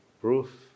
proof